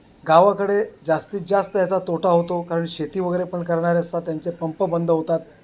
गावाकडे जास्तीत जास्त याचा तोटा होतो कारण शेती वगैरे पण करणारे असतात त्यांचे पंप बंद होतात